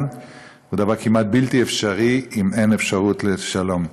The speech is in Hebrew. זהו דבר כמעט בלתי אפשרי אם אין אפשרות לשלום.